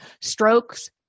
strokes